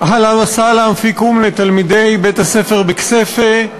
אהלן וסהלן פיכום לתלמידי בית-הספר בכסייפה,